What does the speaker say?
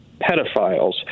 pedophiles